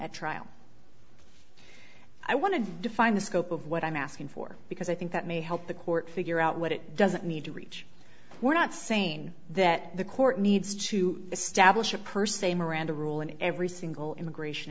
at trial i want to define the scope of what i'm asking for because i think that may help the court figure out what it doesn't need to reach we're not sane that the court needs to establish a per se miranda rule in every single immigration